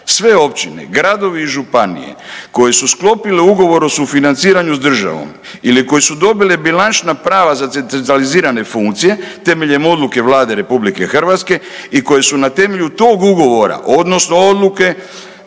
sve općine, gradovi i županije koje su sklopile ugovor o sufinanciranju s državom ili koje su dobile bilančna prava za centralizirane funkcije temeljem odluke Vlade RH i koje su na temelju tog ugovora odnosno odluke